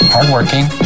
Hardworking